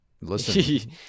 listen